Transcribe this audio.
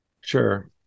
Sure